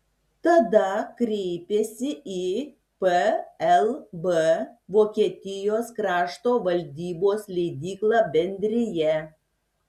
tada kreipėsi į plb vokietijos krašto valdybos leidyklą bendrija